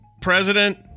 president